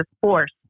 force